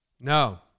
No